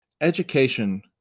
Education